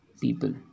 people